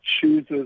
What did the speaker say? chooses